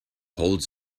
holds